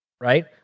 right